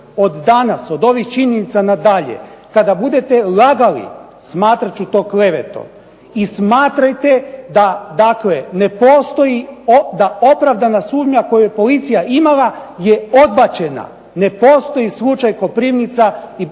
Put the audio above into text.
od danas, od ovih činjenica nadalje kada budete lagali smatrat ću to klevetom. I smatrajte da dakle ne postoji, da opravdana sumnja koju je policija imala je odbačena, ne postoji "slučaj Koprivnica" i slučaj